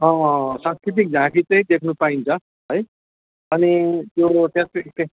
अँ अँ अँ सांस्कृतिक झाँकी चाहिँ देख्नु पाइन्छ है अनि त्यो सांस्कृतिक चाहिँ